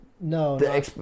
No